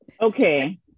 Okay